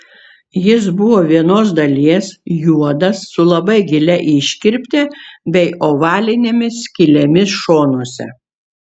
jis buvo vienos dalies juodas su labai gilia iškirpte bei ovalinėmis skylėmis šonuose